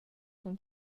cun